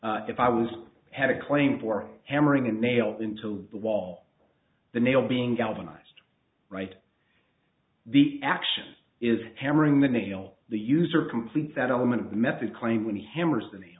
if i was had a claim for hammering a nail into the wall the nail being galvanised right the action is hammering the nail the user complete settlement method claim with the hammers